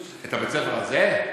את בית-הספר הזה?